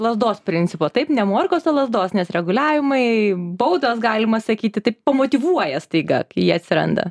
lazdos principo taip ne morkos o lazdos nes reguliavimai baudos galima sakyti taip pamotyvuoja staiga kai jie atsiranda